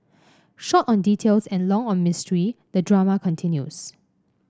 short on details and long on mystery the drama continues